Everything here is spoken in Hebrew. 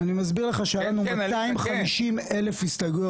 אני מסביר לך שהיו לנו 250,000 הסתייגויות,